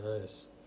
nice